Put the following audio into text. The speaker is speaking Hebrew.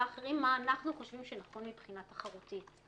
אחרים מה אנחנו חושבים שנכון מבחינה תחרותית.